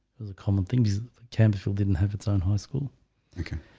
there's a common thing these campers feel didn't have its own high school okay,